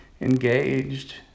engaged